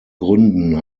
gründen